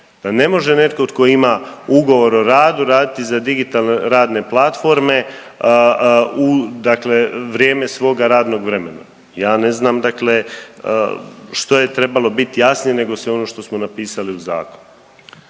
ne može netko tko ima ugovor o radu raditi za digitalne radne platforme, u dakle vrijeme svoga radnog vremena. Ja ne znam dakle što je trebalo biti jasnije nego sve ono što smo napisali u Zakonu.